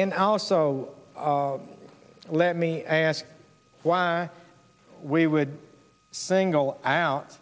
and also let me ask why we would single out